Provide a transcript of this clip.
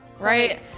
right